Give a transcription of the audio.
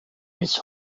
bis